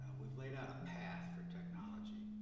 we have laid out a path for technology.